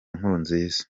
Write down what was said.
nkurunziza